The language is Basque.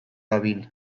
dabil